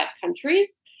countries